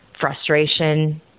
frustration